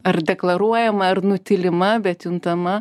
ar deklaruojama ar nutylima bet juntama